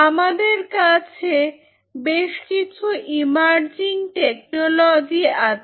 আমাদের কাছে বেশ কিছু ইমার্জিং টেকনলজি আছে